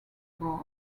bars